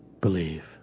believe